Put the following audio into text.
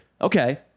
Okay